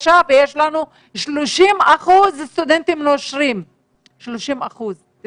אם